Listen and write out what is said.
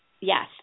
Yes